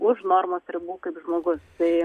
už normos ribų kaip žmogus tai